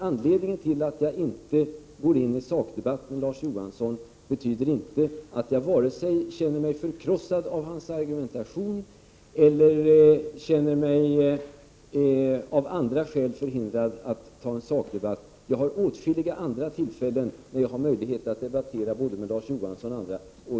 Anledningen till att jag inte går in i någon sakdebatt med Larz Johansson är inte att jag känner mig förkrossad av hans argumentation eller att jag av andra skäl känner mig förhindrad att ta upp en sakdebatt. Jag har åtskilliga andra tillfällen där jag kan debattera både med Larz Johansson och andra.